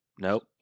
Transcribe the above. Nope